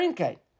Okay